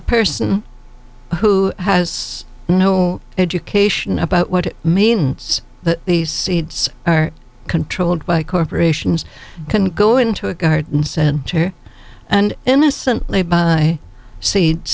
person who has no education about what it means that these seeds are controlled by corporations can go into a garden center and innocently buy seeds